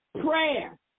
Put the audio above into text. prayer